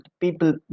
people